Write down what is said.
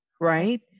right